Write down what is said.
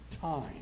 time